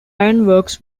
ironworks